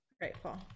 Grateful